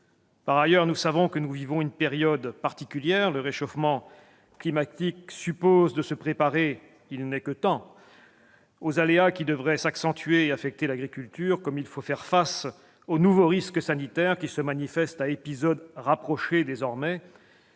Par ailleurs, nous savons que nous vivons une période particulière. Le réchauffement climatique suppose de se préparer- il n'est que temps ! -aux aléas qui devraient s'accentuer et affecter l'agriculture, comme il faut faire face aux nouveaux risques sanitaires qui se manifestent à épisodes rapprochés désormais